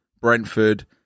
Brentford